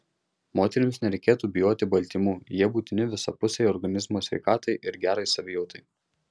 moterims nereikėtų bijoti baltymų jie būtini visapusei organizmo sveikatai ir gerai savijautai